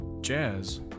jazz